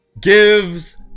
gives